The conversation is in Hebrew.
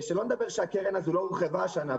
שלא נדבר על כך שהקרן הזו לא הורחבה השנה,